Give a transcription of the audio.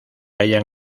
hallan